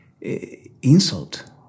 insult